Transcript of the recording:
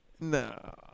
No